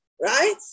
Right